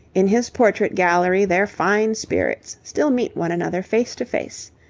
in his portrait gallery their fine spirits still meet one another face to face.